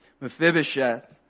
Mephibosheth